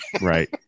Right